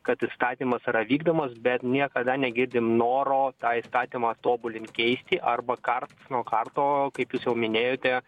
kad įstatymas yra vykdomas bet niekada negirdim noro tą įstatymą tobulin keisti arba karts nuo karto kaip jūs jau minėjote